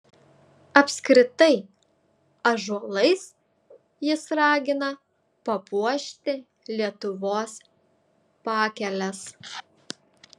apskritai ąžuolais jis ragina papuošti lietuvos pakeles